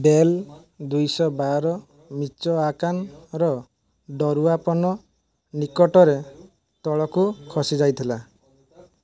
bail ଦୁଇଶହ ବାର ମିଚୋଆକାନର ଡରୁଆପନ୍ ନିକଟରେ ତଳକୁ ଖସିଯାଇଥିଲା